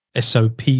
SOP